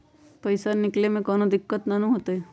पईसा निकले में कउनो दिक़्क़त नानू न होताई?